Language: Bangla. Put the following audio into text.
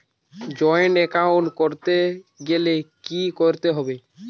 জয়েন্ট এ্যাকাউন্ট করতে গেলে কি করতে হবে?